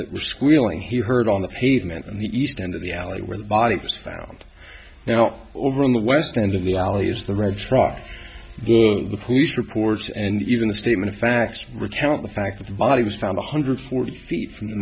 that were squealing he heard on the pavement in the east end of the alley where the body was found now over on the west end of the alley is the red truck the police reports and even the statement of facts recount the fact that the body was found one hundred forty feet from the